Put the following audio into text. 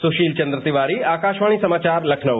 सुशीलचंद्र तिवारी आकाशवाणी समाचार लखनऊ